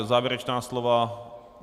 Závěrečná slova?